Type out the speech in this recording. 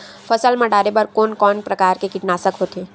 फसल मा डारेबर कोन कौन प्रकार के कीटनाशक होथे?